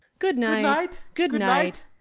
good-night. good-night.